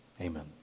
Amen